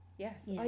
yes